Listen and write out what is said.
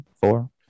four